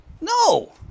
No